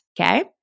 okay